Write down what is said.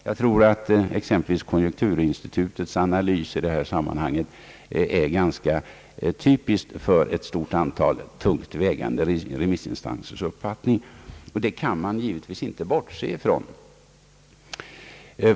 Jag tror att exempelvis konjunkturinstitutets analys i det här sammanhanget är ganska typisk för ett stort antal tungt vägande remissinstansers uppfattning; och detta kan man givetvis inte bortse från.